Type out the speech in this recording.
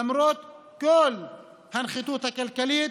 למרות כל הנחיתות הכלכלית,